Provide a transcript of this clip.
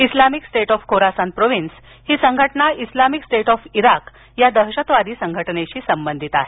Islamic State of Khorasan Province ही संघटना Islamic State of Iraq या दहशतवादी संघटनेशी संबंधित आहे